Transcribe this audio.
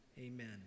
amen